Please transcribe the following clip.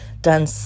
done